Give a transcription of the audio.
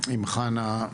עם חנה,